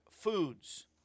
foods